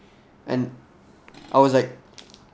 and I was like